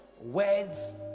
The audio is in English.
words